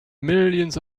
millions